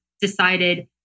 decided